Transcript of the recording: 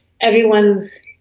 everyone's